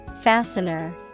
Fastener